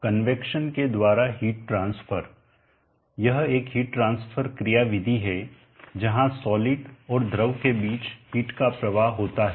convection convection संवहन के द्वारा हिट ट्रांसफर यह एक हिट ट्रांसफर क्रिया विधि है जहाँ सॉलिड और द्रव के बीच हिट का प्रवाह होता है